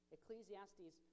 Ecclesiastes